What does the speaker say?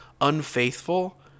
unfaithful